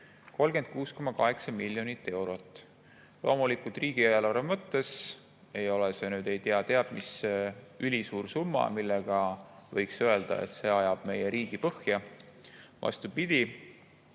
36,8 miljonit eurot. Loomulikult, riigieelarve mõttes ei ole see nüüd teab mis ülisuur summa, mille puhul võiks öelda, et see ajab meie riigi põhja. Vastupidi,